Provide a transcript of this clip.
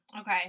Okay